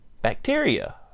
Bacteria